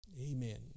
Amen